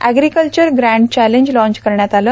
agriculture grand challenge launch करण्यात आलं